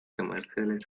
commercially